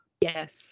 Yes